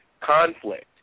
conflict